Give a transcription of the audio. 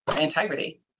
integrity